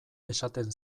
esaten